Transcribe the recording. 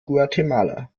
guatemala